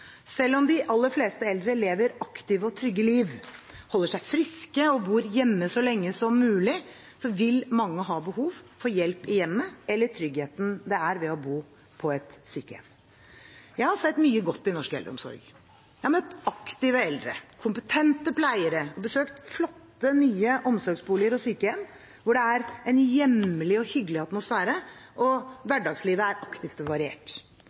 Selv om de aller fleste eldre lever aktive og trygge liv, holder seg friske og bor hjemme så lenge som mulig, vil mange ha behov for hjelp i hjemmet eller tryggheten det er å bo på et sykehjem. Jeg har sett mye godt i norsk eldreomsorg. Jeg har møtt aktive eldre, kompetente pleiere og besøkt flotte nye omsorgsboliger og sykehjem hvor det er en hjemlig og hyggelig atmosfære, og hverdagslivet er aktivt og variert.